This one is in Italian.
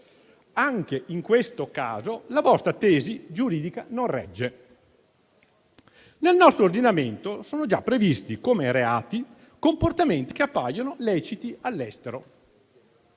Anche in questo caso la vostra tesi giuridica non regge. Nel nostro ordinamento sono già previsti come reati comportamenti che appaiono leciti all'estero.